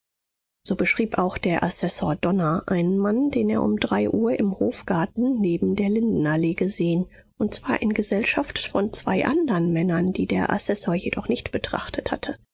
so beschrieb auch der assessor donner einen mann den er um drei uhr im hofgarten neben der lindenallee gesehen und zwar in gesellschaft von zwei andern männern die der assessor jedoch nicht betrachtet hatte